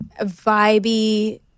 Vibey